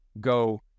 go